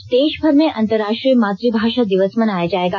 आज देश भर में अंतराष्ट्रीय मातभाषा दिवस मनाया जाएगा